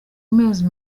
mezi